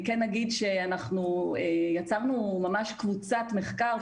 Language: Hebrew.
אני כן אגיד שאנחנו יצרנו ממש קבוצת מחקר,